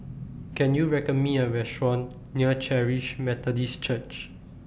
Can YOU recommend Me A Restaurant near Charis Methodist Church